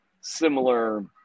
similar